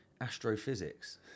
astrophysics